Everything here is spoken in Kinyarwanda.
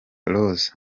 rose